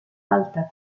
alta